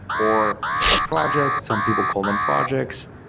or a project, some people call them projects,